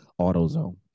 AutoZone